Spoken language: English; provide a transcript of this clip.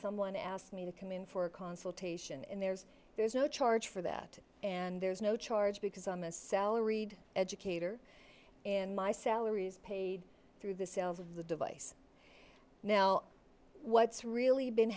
someone asks me to come in for a consultation and there's there's no charge for that and there's no charge because i'm a salaried educator and my salary is paid through the sales of the device now what's really been